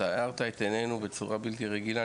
אתה הארת את עיננו בצורה בלתי רגילה,